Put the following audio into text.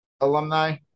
alumni